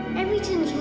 everything.